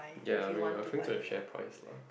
ya when you are referring to the share price lah